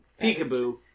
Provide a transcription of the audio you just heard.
Peekaboo